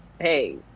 hey